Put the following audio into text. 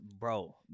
bro